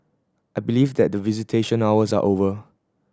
I believe that the visitation hours are over